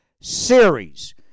series